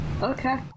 Okay